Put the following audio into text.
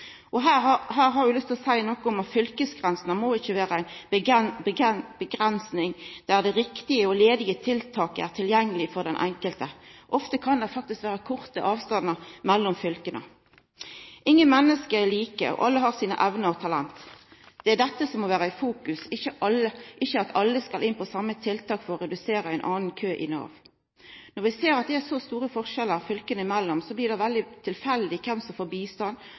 har lyst til å seia noko om at fylkesgrensene ikkje må vera ei avgrensing der det riktige og ledige tiltaket er tilgjengeleg for den enkelte. Ofte kan det faktisk vera korte avstandar mellom fylka. Ingen menneske er like, og alle har sine evner og talent. Det er dette som må vera i fokus, ikkje at alle skal inn på same tiltak for å redusera ein annan kø i Nav. Når vi ser at det er så store skilnader fylka imellom, blir det veldig tilfeldig kven som får bistand,